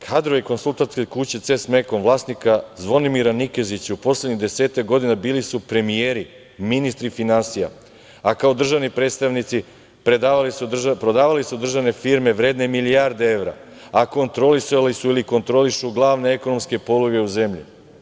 Kadrove konsultantske kuće „CES Mekon“, vlasnika Zvonimira Nikezića, u poslednjih desetak godina bili su premijeri, ministri finansija, a kao državni predstavnici prodavali su državne firme vredne milijarde evra, a kontrolisali su ili kontrolišu glavne ekonomske poluge u zemlji.